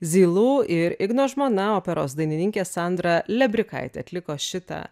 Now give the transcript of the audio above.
zilu ir igno žmona operos dainininkė sandra lebrikaitė atliko šitą